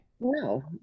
No